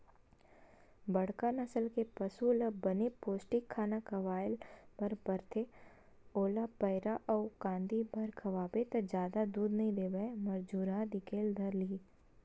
बड़का नसल के पसु ल बने पोस्टिक खाना खवाए बर परथे, ओला पैरा अउ कांदी भर खवाबे त जादा दूद नइ देवय मरझुरहा दिखे ल धर लिही